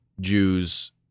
Jews